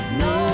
no